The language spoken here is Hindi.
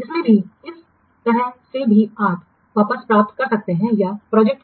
इसमें भी इस तरह से भी आप वापस प्राप्त कर सकते हैं या प्रोजेक्ट